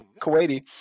Kuwaiti